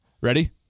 ready